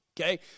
Okay